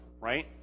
right